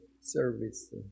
service